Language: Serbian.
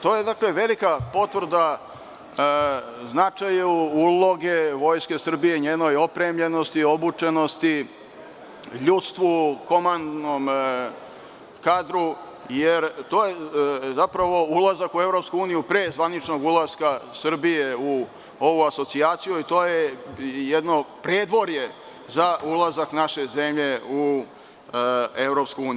To je velika potvrda značaju uloge Vojske Srbije, njenoj opremljenosti, obučenosti, ljudstvu, komandnom kadru, jer to je zapravo ulazak u EU pre zvaničnog ulaska Srbije u ovu asocijaciju i to je jedno predvorje za ulazak naše zemlje u EU.